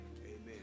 Amen